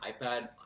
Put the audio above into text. iPad